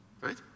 Right